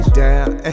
down